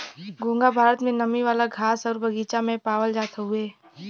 घोंघा भारत में नमी वाला घास आउर बगीचा में पावल जात हउवे